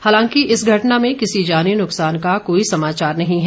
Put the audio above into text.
हालांकि इस घटना में किसी जानी नुकसान को कोई समाचार नही है